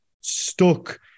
stuck